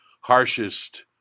harshest